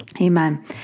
Amen